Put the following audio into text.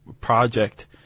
project